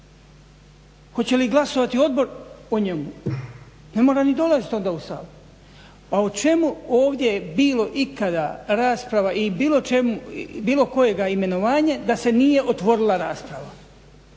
Hoće li glasovati odbor o njemu? Ne mora ni dolazit onda u Sabor. A o čemu ovdje je bilo ikada rasprava ili bilo kojega imenovanja da se nije otvorila rasprava,